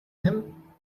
him